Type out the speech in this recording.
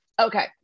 Okay